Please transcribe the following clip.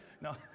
No